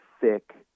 thick